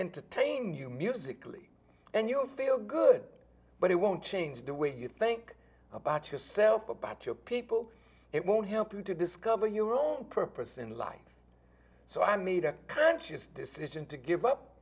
entertain you musically and you'll feel good but it won't change the way you think about yourself about your people it won't help you to discover your own purpose in life so i made a conscious decision to give up